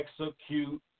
execute